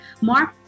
Mark